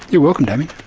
you're welcome damien.